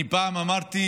אני פעם אמרתי